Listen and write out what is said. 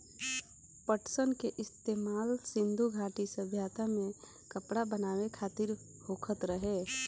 पटसन के इस्तेमाल सिंधु घाटी सभ्यता में कपड़ा बनावे खातिर होखत रहे